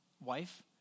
wife